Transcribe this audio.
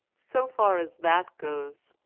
so far as that goes,